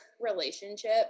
relationship